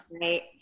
Right